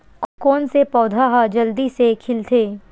कोन से पौधा ह जल्दी से खिलथे?